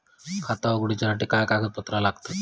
खाता उगडूच्यासाठी काय कागदपत्रा लागतत?